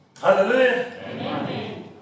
Hallelujah